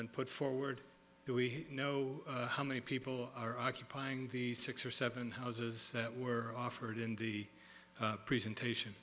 been put forward do we know how many people are occupying the six or seven houses that were offered in the presentation